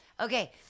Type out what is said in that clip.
Okay